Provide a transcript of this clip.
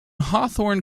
hawthorne